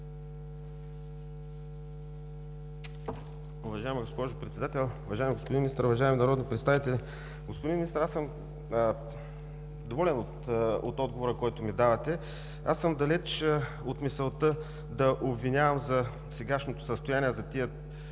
Уважаема госпожо Председател, уважаеми господин Министър, уважаеми народни представители! Господин Министър, аз съм доволен от отговора, който ми давате. Далеч съм от мисълта да обвинявам за сегашното състояние за тези